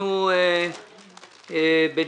אני פותח את ישיבת ועדת הכספים.